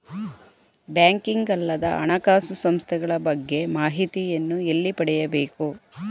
Banking ಅಲ್ಲದ ಹಣಕಾಸು ಸಂಸ್ಥೆಗಳ ಬಗ್ಗೆ ಮಾಹಿತಿಯನ್ನು ಎಲ್ಲಿ ಪಡೆಯಬೇಕು?